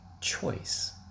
choice